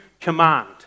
command